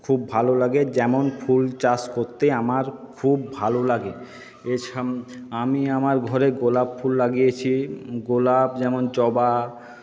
খুব ভালো লাগে যেমন ফুল চাষ করতে আমার খুব ভালো লাগে আমি আমার ঘরে গোলাপ ফুল লাগিয়েছি গোলাপ যেমন জবা